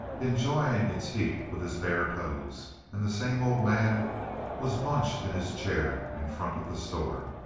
enjoying its heat with his bare toes, and the same old man was bunched in his chair in front of the store.